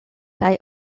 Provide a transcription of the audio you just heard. kaj